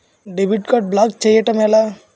Debit card block చేయటం ఎలా?